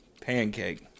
Pancake